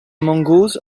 mongoose